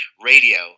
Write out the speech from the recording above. radio